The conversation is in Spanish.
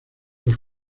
los